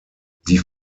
die